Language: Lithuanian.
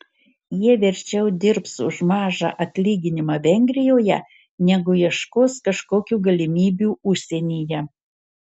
jie verčiau dirbs už mažą atlyginimą vengrijoje negu ieškos kažkokių galimybių užsienyje